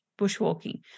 bushwalking